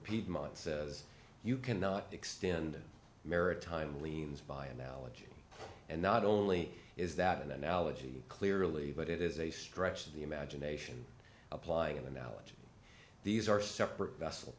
piedmont says you cannot extend maritime liens by analogy and not only is that an analogy clearly but it is a stretch of the imagination applying an analogy these are separate vessel